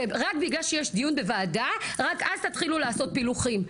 שרק בגלל שיש דיון בוועדה רק אז תתחילו לעשות פילוחים,